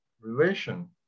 relation